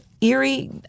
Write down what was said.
Erie